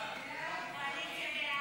סעיפים 11